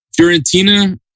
Fiorentina